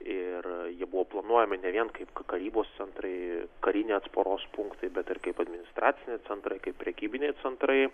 ir jie buvo planuojami ne vien kaip karybos centrai kariniai atsparos punktai bet ir kaip administraciniai centrai kaip prekybiniai centrai